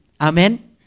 Amen